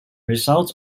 result